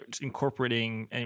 incorporating